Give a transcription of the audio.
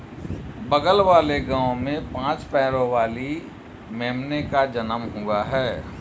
बगल वाले गांव में पांच पैरों वाली मेमने का जन्म हुआ है